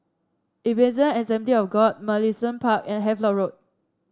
Ebenezer Assembly of God Mugliston Park and Havelock Road